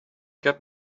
get